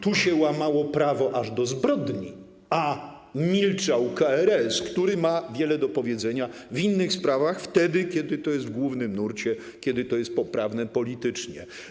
Tu łamano prawo aż do zbrodni, a milczał KRS, który ma wiele do powiedzenia w innych sprawach, wtedy kiedy to jest w głównym nurcie, kiedy to jest poprawne politycznie.